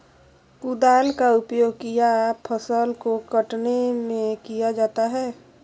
कुदाल का उपयोग किया फसल को कटने में किया जाता हैं?